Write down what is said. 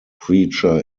preacher